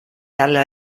alla